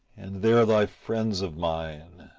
and there lie friends of mine.